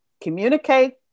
communicate